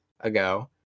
ago